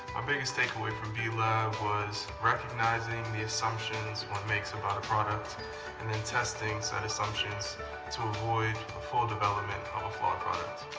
um biggest takeaway from b-lab was recognizing the assumptions one makes about a product and then testing said assumptions to avoid a full development of a flawed product.